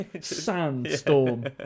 Sandstorm